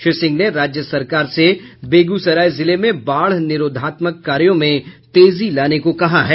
श्री सिंह ने राज्य सरकार से बेगूसराय जिले में बाढ़ निरोधात्मक कार्यों में तेजी लाने को कहा है